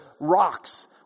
rocks